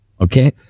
okay